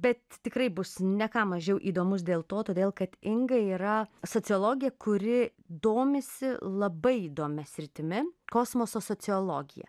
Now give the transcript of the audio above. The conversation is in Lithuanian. bet tikrai bus ne ką mažiau įdomus dėl to todėl kad inga yra sociologė kuri domisi labai įdomia sritimi kosmoso sociologijs